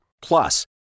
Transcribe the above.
Plus